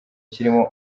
kirimo